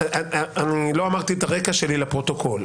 אני לא אמרתי את הרקע שלי לפרוטוקול.